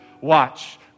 watch